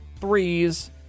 threes